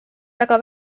väga